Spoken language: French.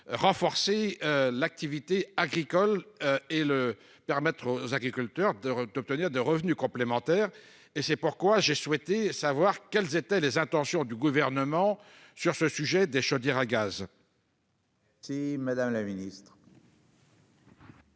Renforcer l'activité agricole et le permettre aux agriculteurs de d'obtenir de revenus complémentaires. Et c'est pourquoi j'ai souhaité savoir quelles étaient les intentions du gouvernement sur ce sujet des chaudières à gaz. Si Madame la Ministre.